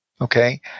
Okay